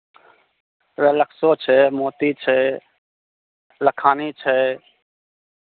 रिलेक्सो छै मोती छै लखानी छै